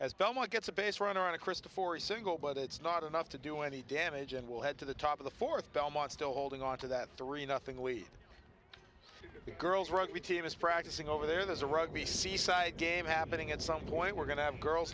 as belmont gets a base runner on a krista for a single but it's not enough to do any damage and will head to the top of the fourth belmont still holding on to that three nothing wait the girls rugby team is practicing over there there's a rugby seaside game happening at some point we're going to have girls